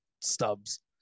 stubs